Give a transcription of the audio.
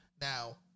Now